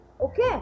Okay